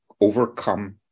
overcome